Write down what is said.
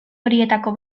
horietako